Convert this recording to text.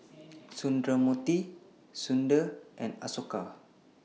Sundramoorthy Sundar and Ashoka